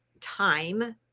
time